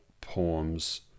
poems